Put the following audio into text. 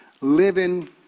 living